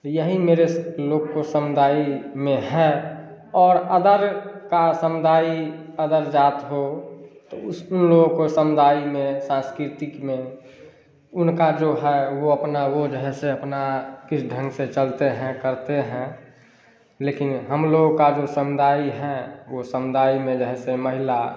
यही मेरे लोग के समुदाय में है और अदर का समुदाय अदर जाति हो तो उन लोगों को समुदाय में साँस्कृतिक में उनका अपना जो है वह जो है सो अपना किस ढंग से चलते हैं करते हैं लेकिन हमलोगों का जो समुदाय है वह समुदाय में जो है सो महिला